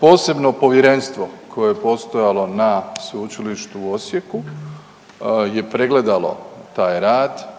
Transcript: posebno povjerenstvo koje je postojalo na Sveučilištu u Osijeku je pregledalo taj rad,